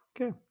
Okay